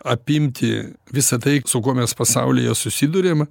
apimti visą tai su kuo mes pasaulyje susiduriam